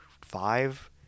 five